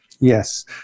Yes